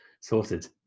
sorted